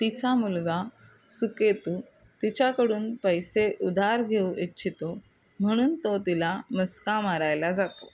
तिचा मुलगा सुकेतू तिच्याकडून पैसे उधार घेऊ इच्छितो म्हणून तो तिला मस्का मारायला जातो